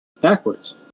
backwards